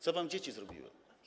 Co wam dzieci zrobiły?